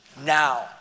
Now